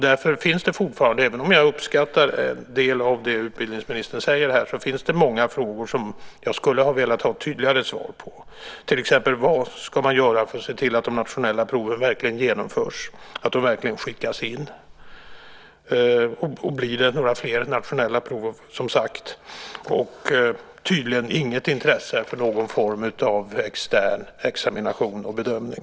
Därför finns det fortfarande, även om jag uppskattar en del av det utbildningsministern här säger, många frågor som jag skulle ha velat ha tydligare svar på. Vad ska man till exempel göra för att se till att de nationella proven verkligen genomförs, att de verkligen skickas in? Och blir det några fler nationella prov? Tydligen fanns det inget intresse för någon form av extern examination och bedömning.